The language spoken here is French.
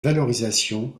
valorisation